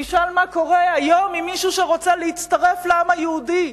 תשאל מה קורה היום עם מישהו שרוצה להצטרף לעם היהודי,